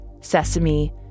sesame